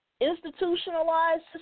Institutionalized